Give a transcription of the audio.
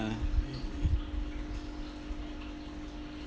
uh